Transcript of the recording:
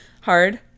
hard